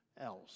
else